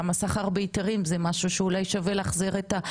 גם הסחר בהיתרים, אולי שווה להחזיר את זה.